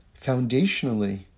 Foundationally